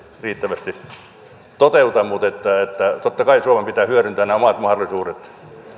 riittävästi toteuta mutta totta kai suomen pitää hyödyntää nämä omat mahdollisuudet